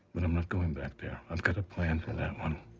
but i'm not going back there. i've got a plan for that one.